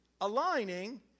aligning